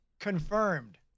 confirmed